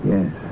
Yes